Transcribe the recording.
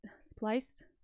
spliced